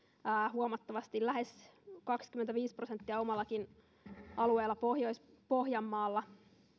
huomattavasti lähes kaksikymmentäviisi prosenttia omallakin alueellani pohjois pohjanmaalla